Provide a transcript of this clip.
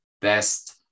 best